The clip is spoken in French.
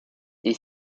est